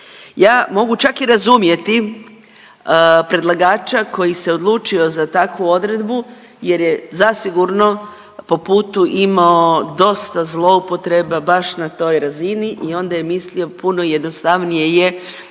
Ja mogu čak i razumjeti predlagača koji se odlučio za takvu odredbu jer je zasigurno po putu imao dosta zloupotreba baš na toj razini i onda je mislio puno jednostavnije je